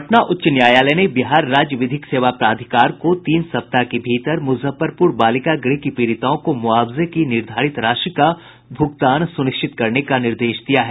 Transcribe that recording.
पटना उच्च न्यायालय ने बिहार राज्य विधिक सेवा प्राधिकार को तीन सप्ताह के भीतर मुजफ्फरपुर बालिका गृह की पीड़िताओं को मुआवजे की निर्धारित राशि का भुगतान सुनिश्चित करने का निर्देश दिया है